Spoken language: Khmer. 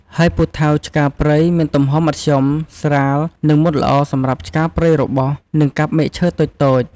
ហើយពូថៅឆ្ការព្រៃ មានទំហំមធ្យម ស្រាល និងមុតល្អសម្រាប់ឆ្ការព្រៃរបោះ និងកាប់មែកឈើតូចៗ។